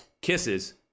Kisses